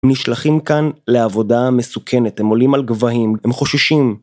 ‫הם נשלחים כאן לעבודה מסוכנת, ‫הם עולים על גבהים, הם חוששים.